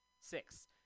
Six